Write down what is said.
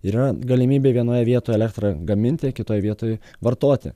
yra galimybė vienoje vietoj elektrą gaminti kitoj vietoj vartoti